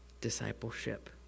discipleship